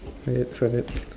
wait for it